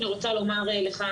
אני רוצה לומר לך,